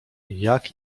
jak